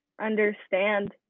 understand